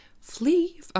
flee